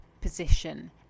position